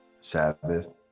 Sabbath